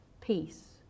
peace